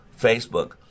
Facebook